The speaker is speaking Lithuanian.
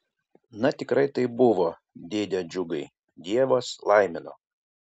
na tikrai taip buvo dėde džiugai dievas laimino